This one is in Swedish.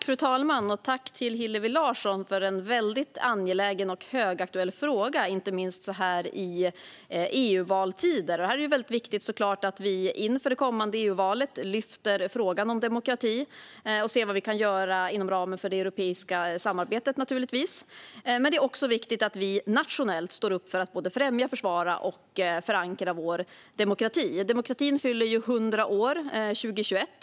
Fru talman! Tack, Hillevi Larsson, för en väldigt angelägen och högaktuell fråga, inte minst i EU-valtider. Inför det kommande EU-valet är det såklart viktigt att vi lyfter upp frågan om demokrati och ser vad vi kan göra inom ramen för det europeiska samarbetet. Men det är också viktigt att vi nationellt står upp för att såväl främja som försvara och förankra vår demokrati. Demokratin i Sverige fyller 100 år 2021.